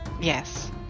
Yes